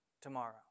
tomorrow